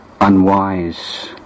unwise